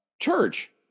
church